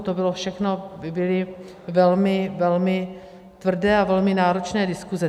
To byly všechno velmi, velmi tvrdé a velmi náročné diskuse.